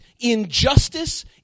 injustice